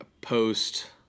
post